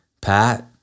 Pat